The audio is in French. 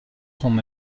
son